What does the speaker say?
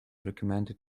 recommended